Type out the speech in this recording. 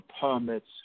permits